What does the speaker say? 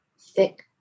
thick